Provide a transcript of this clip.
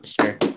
sure